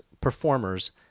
performers